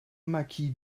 marquis